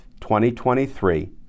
2023